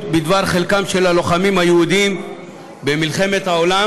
על חלקם של הלוחמים היהודים במלחמת העולם